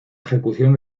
ejecución